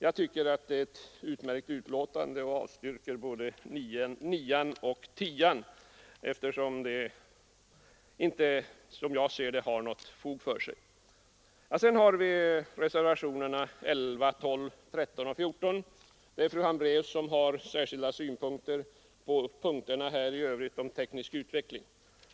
Jag tycker att skrivningen är utmärkt och avstyrker både reservationen 9 och reservationen 10, då de, som jag ser det, inte har något fog för sig. I reservationerna 11, 12, 13 och 14 anför fru Hambraeus särskilda synpunkter på frågan om teknisk utveckling.